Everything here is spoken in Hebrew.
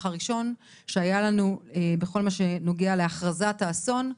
הראשון שהיה לנו בכל מה שנוגע להכרזת האסון.